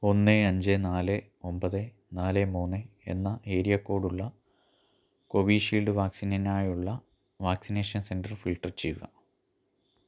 ഒന്ന് അഞ്ച് നാല് ഒമ്പത് നാല് മൂന്ന് എന്ന ഏരിയ കോഡ് ഉള്ള കോവിഷീൽഡ് വാക്സിനിനായുള്ള വാക്സിനേഷൻ സെന്റര് ഫിൽട്ടർ ചെയ്യുക